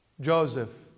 Joseph